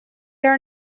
are